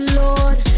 lord